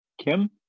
Kim